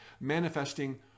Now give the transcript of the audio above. manifesting